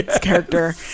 character